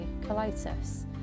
colitis